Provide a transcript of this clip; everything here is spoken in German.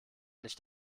nicht